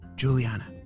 Juliana